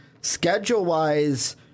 schedule-wise –